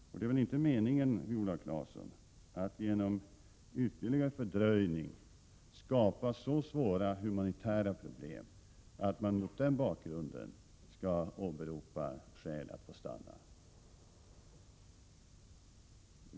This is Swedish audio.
Det är väl inte meningen, Viola Claesson, att genom ytterligare fördröjning skapa så svåra humanitära problem att vederbörande skall kunna åberopa dessa som skäl för att få stanna?